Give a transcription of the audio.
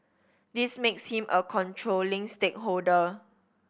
this makes him a controlling stakeholder